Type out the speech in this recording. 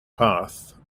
path